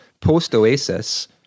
Post-Oasis